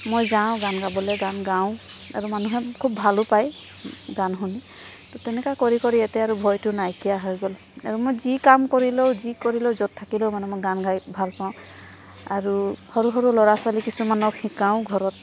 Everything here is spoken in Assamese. মই যাওঁ গান গাবলৈ গান গাওঁ আৰু মানুহে খুব ভালো পায় গান শুনি ত' তেনেকুৱা কৰি কৰি এতিয়া আৰু ভয়তো নাইকিয়া হৈ গ'ল আৰু মই যি কাম কৰিলেও যি কৰিলেও য'ত থাকিলেও মানে মই গান গাই ভাল পাওঁ আৰু সৰু সৰু ল'ৰা ছোৱালী কিছুমানক শিকাওঁ ঘৰত